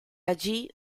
allí